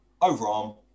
Overarm